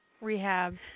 rehab